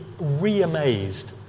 re-amazed